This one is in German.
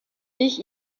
ich